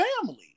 family